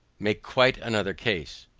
make quite another case.